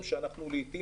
לפעמים